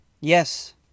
yes